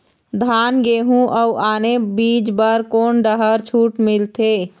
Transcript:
धान गेहूं अऊ आने बीज बर कोन डहर छूट मिलथे?